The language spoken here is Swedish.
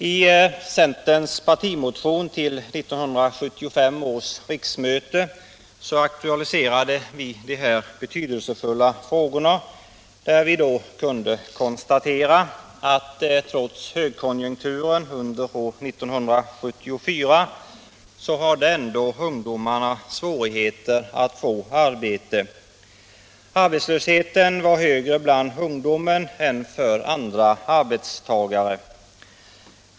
I centerns partimotion till 1975 års riksmöte aktualiserade vi de här betydelsefulla frågorna och kunde konstatera att trots högkonjunkturen under år 1974 hade ungdomarna ändå svårigheter att få arbete. Arbetslösheten var större bland ungdomen än bland andra arbetstagare.